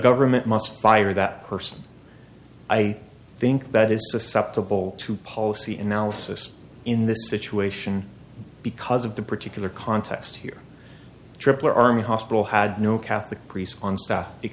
government must fire that person i think that is susceptible to policy analysis in this situation because of the particular context here trippler army hospital had no catholic priest on staff it